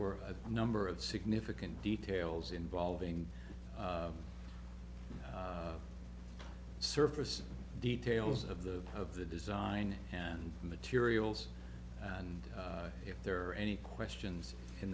were a number of significant details involving surface details of the of the design and materials and if there are any questions in